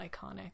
iconic